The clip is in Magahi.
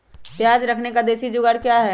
प्याज रखने का देसी जुगाड़ क्या है?